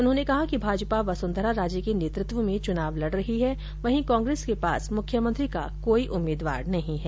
उन्होंने कहा कि भाजपा वसुंधरा राजे के नतृत्व में चुनाव लड रही है वहीं कांग्रेस के पास मुख्यमंत्री का कोई उम्मीदवार नहीं है